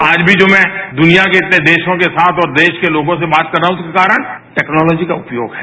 आज भी जो मैं दुनिया के इतने देशों के साथ और देश के लोगों से बात कर रहा हूं उसका कारण टेक्नॉलोजी का उपयोग है